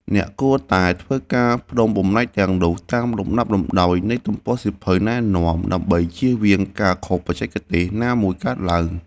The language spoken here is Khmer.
អ្នកគួរតែធ្វើការផ្គុំបំណែកទាំងនោះតាមលំដាប់លំដោយនៃទំព័រសៀវភៅណែនាំ ដើម្បីជៀសវាងការខុសបច្ចេកទេសណាមួយកើតឡើង។